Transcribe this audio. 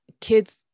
kids